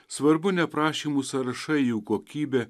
svarbu ne prašymų sąrašai jų kokybė